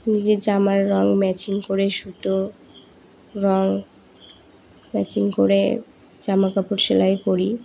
নিজের জামার রঙ ম্যাচিং করে সুতো রঙ ম্যাচিং করে জামা কাপড় সেলাই করি